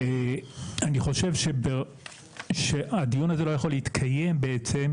אני חושב שהדיון הזה לא יכול להתקיים בעצם,